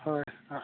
হয়